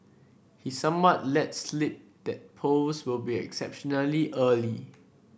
he somewhat let slip that polls will be exceptionally early